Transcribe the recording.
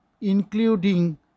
including